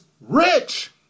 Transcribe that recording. rich